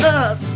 up